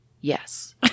yes